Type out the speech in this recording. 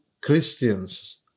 Christians